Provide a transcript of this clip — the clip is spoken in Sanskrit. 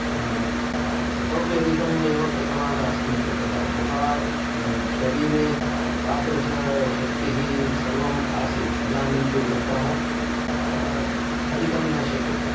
ततोपि अधिकं एव कृतवान् अस्मि तत ततः शरीरे तादृश शक्तिः सर्वम् आसीत् इदानीं तु वृद्धाः अधिकं न शक्यते